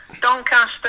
Doncaster